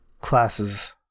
classes